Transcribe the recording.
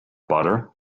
butter